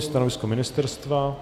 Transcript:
Stanovisko ministerstva?